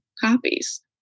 copies